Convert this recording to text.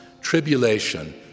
tribulation